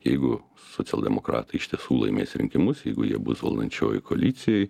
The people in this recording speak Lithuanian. jeigu socialdemokratai iš tiesų laimės rinkimus jeigu jie bus valdančiojoj koalicijoj